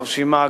מרשימה,